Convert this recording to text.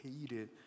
hated